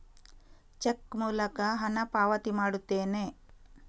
check ಮೂಲಕ ಹಣ ಪಾವತಿ ಮಾಡುತ್ತೇನೆ